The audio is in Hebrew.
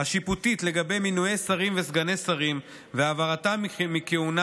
השיפוטית לגבי מינוי שרים וסגני שרים והעברתם מכהונה,